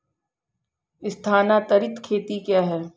स्थानांतरित खेती क्या है?